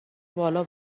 بالا